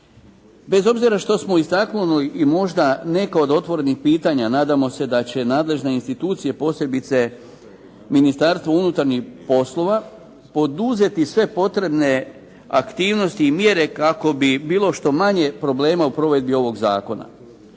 Bez obzira što smo istaknuli i možda neke od otvorenih pitanja nadamo se da će nadležne institucije posebice Ministarstvo unutarnjih poslova poduzeti sve potrebne aktivnosti i mjere kako bi bilo što manje problema u provedbi ovog zakona.